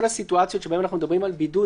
הסיטואציות שבהן אנחנו מדברים על בידוד,